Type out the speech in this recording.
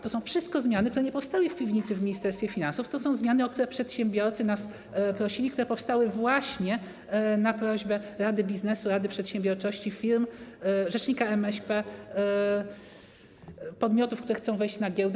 To są wszystko zmiany, które nie powstały w piwnicy w Ministerstwie Finansów, to są zmiany, o które przedsiębiorcy nas prosili, które powstały właśnie na prośbę Polskiej Rady Biznesu, Rady Przedsiębiorczości, firm, rzecznika MŚP, podmiotów, które chcą wejść na giełdę.